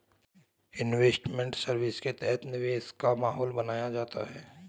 investment service के तहत निवेश का माहौल बनाया जाता है